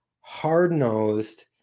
hard-nosed